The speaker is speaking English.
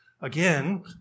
again